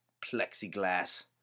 plexiglass